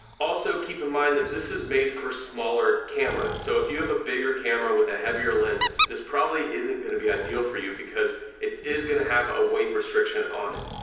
also keep in mind that this is made for smaller cameras so if you have a bigger camera with a heavier lens, this probably isn't gonna be ideal for you because it is gonna have a weight restriction on it.